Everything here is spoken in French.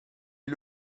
est